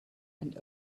and